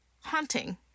haunting